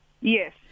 Yes